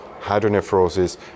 hydronephrosis